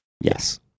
Yes